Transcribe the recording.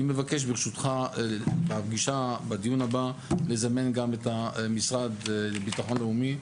אני מבקש ברשותך בדיון הבא לזמן גם את המשרד לביטחון לאומי,